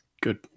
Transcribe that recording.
Good